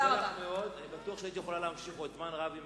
אני בטוח שאת יכולה להמשיך עוד זמן רב.